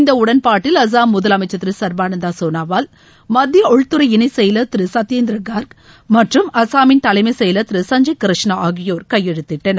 இந்த உடன்பாட்டில் அஸ்ஸாம் முதலமைச்சர் திரு சர்பானந்த சோனாவால் மத்திய உள்துறை இணை செயலர் திரு சத்யேந்திர கர்க் மற்றம் அஸ்ஸாமின் தலைமம செயலர் திரு சஞ்சப் கிருஷ்ணா ஆகியோர் கையெழுத்திட்டனர்